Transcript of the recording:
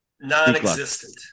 Non-existent